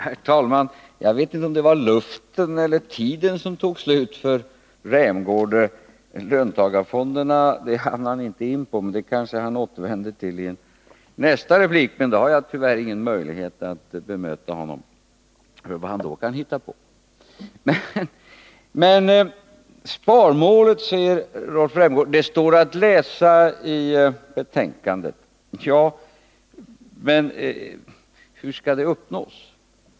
Herr talman! Jag vet inte om det var luften eller tiden som tog slut för Rolf Rämgård. Löntagarfonderna hann han inte in på. Han kanske återkommer till dem i nästa replik, men jag har tyvärr ingen möjlighet att bemöta vad han då kan hitta på att säga. Vad sparmålet innebär står att läsa i betänkandet, säger Rolf Rämgård. Ja, men hur skall det uppnås?